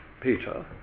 Peter